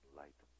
light